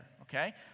Okay